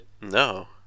No